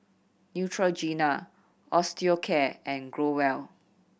Neutrogena Osteocare and Growell